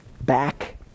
back